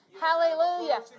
Hallelujah